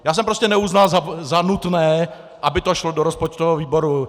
Já jsem prostě neuznal za nutné, aby to šlo do rozpočtového výboru.